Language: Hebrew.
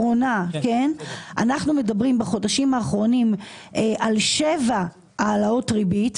ואנחנו מדברים בחודש האחרונים על שבע העלאות ריבית,